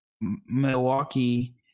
Milwaukee